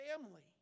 family